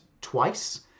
twice